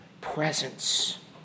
presence